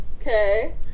Okay